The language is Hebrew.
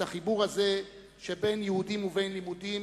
את החיבור הזה שבין יהודים ובין לימודים,